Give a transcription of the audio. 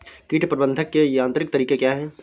कीट प्रबंधक के यांत्रिक तरीके क्या हैं?